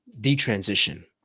detransition